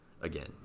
Again